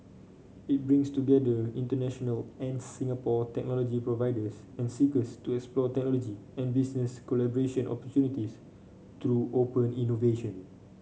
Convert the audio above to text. it brings together international and Singapore technology providers and seekers to explore technology and business collaboration opportunities through open innovation